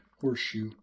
horseshoe